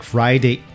Friday